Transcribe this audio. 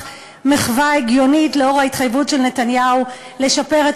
מחווה הגיונית לאור ההתחייבות של נתניהו לשפר את